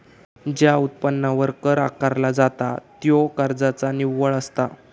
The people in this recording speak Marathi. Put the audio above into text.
ज्या उत्पन्नावर कर आकारला जाता त्यो खर्चाचा निव्वळ असता